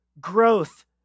growth